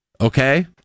Okay